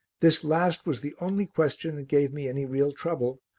this last was the only question that gave me any real trouble,